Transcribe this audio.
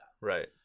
right